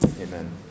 Amen